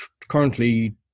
currently